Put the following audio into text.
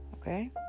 Okay